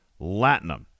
Latinum